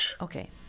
Okay